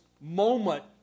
moment